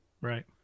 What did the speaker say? Right